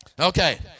Okay